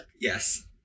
yes